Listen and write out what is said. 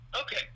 Okay